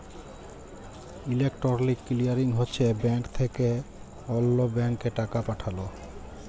electronic clearing হছে bank থ্যাকে অল্য ব্যাংকে টাকা পাঠাল